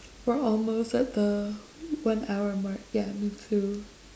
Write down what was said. we're almost at the one hour mark I mean two